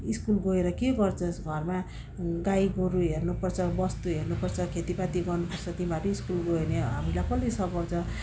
school गएर के गर्छस् घरमा गाईगोरु हेर्नुपर्छ बस्तु हेर्नुपर्छ खेतीपाती गर्नुपर्छ तिमीहरू स्कुल गयो भने हामीलाई कसले सघाउँछ